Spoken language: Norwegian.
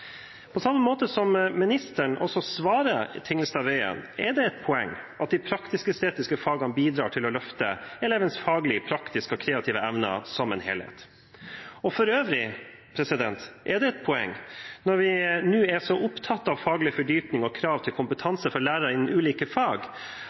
på samme måte som ministeren svarer Tingelstad Wøien, er det et poeng at de praktisk-estetiske fagene bidrar til å løfte elevens faglige, praktiske og kreative evner som en helhet. For øvrig er det et poeng, når vi nå er så opptatt av faglig fordypning og krav til kompetanse for lærere innen ulike fag,